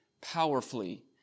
powerfully